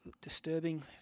disturbing